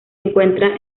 encuentra